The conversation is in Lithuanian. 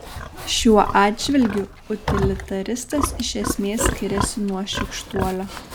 šiuo atžvilgiu utilitaristas iš esmės skiriasi nuo šykštuolio